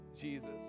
Jesus